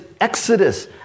exodus